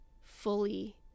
fully